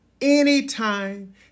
anytime